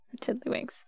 tiddlywinks